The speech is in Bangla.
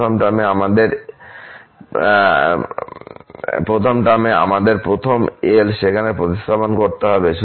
প্রথম টার্ম এ আমাদের প্রথম l সেখানে প্রতিস্থাপন করতে হবে